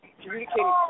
communicating